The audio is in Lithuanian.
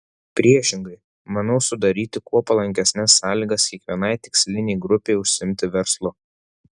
priešingai manau sudaryti kuo palankesnes sąlygas kiekvienai tikslinei grupei užsiimti verslu